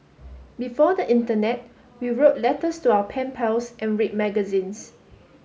before the internet we wrote letters to our pen pals and read magazines